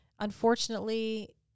unfortunately